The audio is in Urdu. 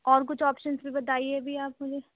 اور کچھ آپشنس بھی بتائیے ابھی آپ مجھے